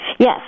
Yes